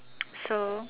so